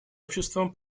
обществом